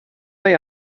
mae